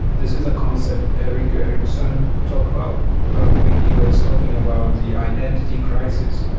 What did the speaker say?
this is a concept erik erikson talked about when he was talking about the identity crisis.